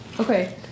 Okay